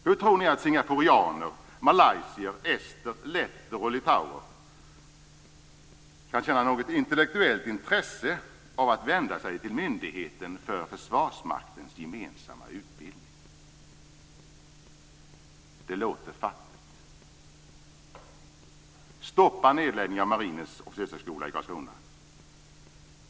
Hur tror ni att singaporianer, malaysier, ester, letter och litauer kan känna något intellektuellt intresse av att vända sig till Myndigheten för Försvarsmaktens gemensamma utbildning? Det låter fattigt. Stoppa nedläggningen av Marinens officershögskola i Karlskrona.